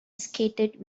skated